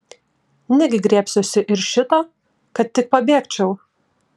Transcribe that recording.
negi griebsiuosi ir šito kad tik pabėgčiau